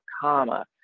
comma